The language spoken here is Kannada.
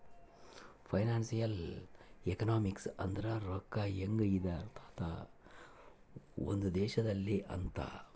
ಫೈನಾನ್ಸಿಯಲ್ ಎಕನಾಮಿಕ್ಸ್ ಅಂದ್ರ ರೊಕ್ಕ ಹೆಂಗ ಇರ್ತದ ಒಂದ್ ದೇಶದಲ್ಲಿ ಅಂತ